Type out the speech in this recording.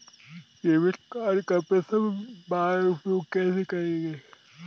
Debit card का प्रथम बार उपयोग कैसे करेंगे?